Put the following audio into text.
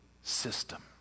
system